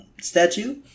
statue